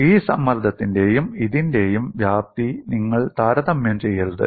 ഈ സമ്മർദ്ദത്തിന്റെയും ഇതിന്റെയും വ്യാപ്തി നിങ്ങൾ താരതമ്യം ചെയ്യരുത്